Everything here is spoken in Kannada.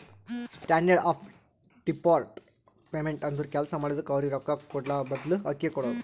ಸ್ಟ್ಯಾಂಡರ್ಡ್ ಆಫ್ ಡಿಫರ್ಡ್ ಪೇಮೆಂಟ್ ಅಂದುರ್ ಕೆಲ್ಸಾ ಮಾಡಿದುಕ್ಕ ಅವ್ರಗ್ ರೊಕ್ಕಾ ಕೂಡಾಬದ್ಲು ಅಕ್ಕಿ ಕೊಡೋದು